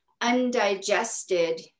undigested